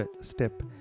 step